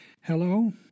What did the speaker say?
Hello